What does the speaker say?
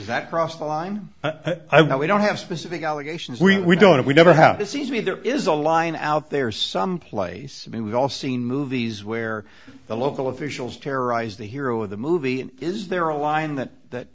that cross the line i we don't have specific allegations we don't we never have to see there is a line out there someplace i mean we've all seen movies where the local officials terrorize the hero of the movie is there a line that